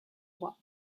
roi